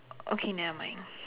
okay nevermind